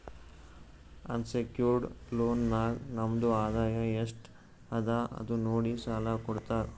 unsecured loan ನಾಗ್ ನಮ್ದು ಆದಾಯ ಎಸ್ಟ್ ಅದ ಅದು ನೋಡಿ ಸಾಲಾ ಕೊಡ್ತಾರ್